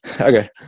Okay